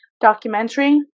documentary